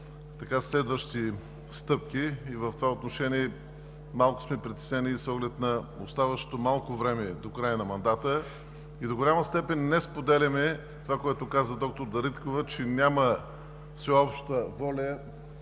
че следващи стъпки няма. В това отношение малко сме притеснени с оглед оставащото малко време до края на мандата. До голяма степен не споделяме това, което каза доктор Дариткова, че няма всеобща воля,